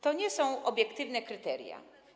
To nie są obiektywne kryteria.